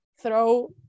throw